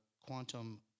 quantum